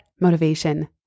motivation